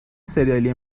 ســریالی